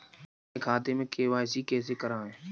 अपने खाते में के.वाई.सी कैसे कराएँ?